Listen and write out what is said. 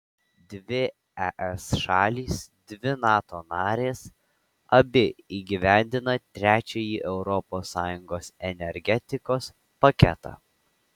dvi es šalys dvi nato narės abi įgyvendina trečiąjį europos sąjungos energetikos paketą